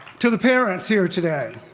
to the parents here today,